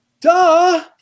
Duh